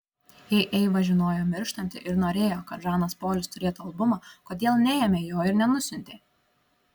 jei eiva žinojo mirštanti ir norėjo kad žanas polis turėtų albumą kodėl neėmė jo ir nenusiuntė